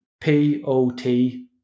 P-O-T